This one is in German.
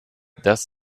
das